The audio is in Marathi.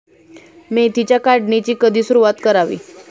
मेथीच्या काढणीची कधी सुरूवात करावी?